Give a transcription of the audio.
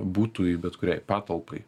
būtų į bet kuriai patalpai